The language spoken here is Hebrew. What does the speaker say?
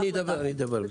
אני אדבר.